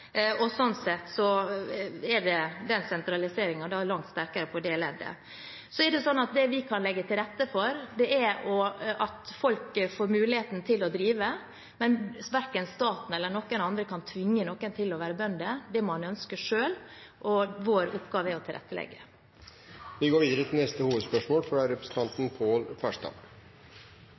og sånn sett er sentraliseringen langt sterkere i det leddet. Det vi kan legge til rette for, er at folk får muligheten til å drive, men verken staten eller noen annen kan tvinge noen til å være bønder – det må en ønske selv. Vår oppgave er å tilrettelegge. Vi går videre til neste hovedspørsmål.